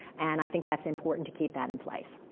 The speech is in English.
and i think that's important to keep that in place.